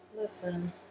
listen